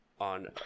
on